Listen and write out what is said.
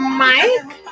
mike